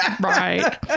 right